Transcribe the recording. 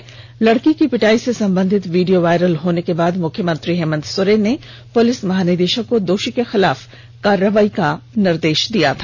इस लड़की की पिटाई से संबधित वीडियो वायरल होने के बाद मुख्यमंत्री हेमन्त सोरेन ने पुलिस महानिदेशक को दोषी के खिलाफ कार्रवाई करने का निर्देश दिया था